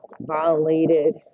violated